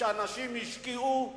שאנשים השקיעו שנה,